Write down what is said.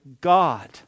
God